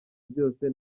byose